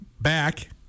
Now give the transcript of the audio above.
back